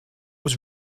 was